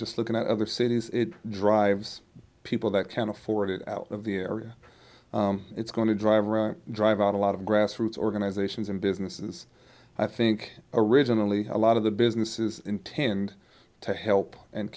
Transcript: just looking at other cities it drives people that can afford it out of the area it's going to drive drive out a lot of grassroots organizations and businesses i think originally a lot of the businesses intend to help and